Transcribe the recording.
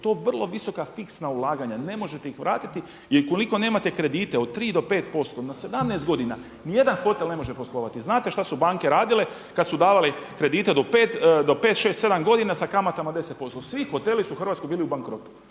su to vrlo visoka fiksna ulaganja, ne možete ih vratiti i ukoliko nemate kredite od 3 do 5% na 17 godina ni jedan hotel ne može poslovati. Znate šta su banke radile kad su davale kredite do 5, 6, 7 godina sa kamatama 10%. Svi hoteli su u Hrvatskoj bili u bankrotu,